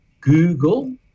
Google